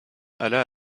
alla